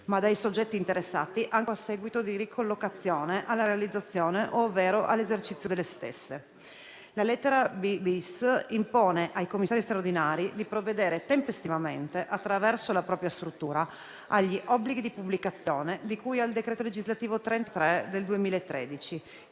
ma dai soggetti interessati, anche a seguito di ricollocazione, alla realizzazione ovvero all'esercizio delle stesse. La lettera *b-bis)* impone ai Commissari straordinari di provvedere tempestivamente, attraverso la propria struttura, agli obblighi di pubblicazione di cui al decreto legislativo n. 33 del 2013,